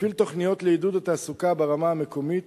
מפעיל תוכניות לעידוד התעסוקה ברמה המקומית